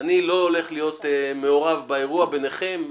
אני לא הולך להיות מעורב באירוע ביניכם.